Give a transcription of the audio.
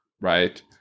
right